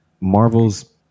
Marvel's